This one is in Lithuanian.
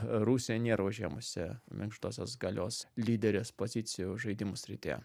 rusija nėra užėmusi minkštosios galios lyderės pozicijų žaidimų srityje